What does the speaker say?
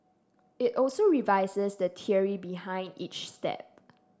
it also revises the theory behind each step